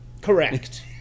Correct